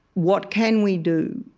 what can we do?